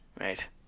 Right